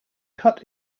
cut